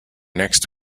next